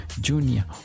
Junior